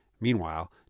Meanwhile